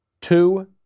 Two